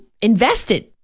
invested